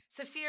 Safir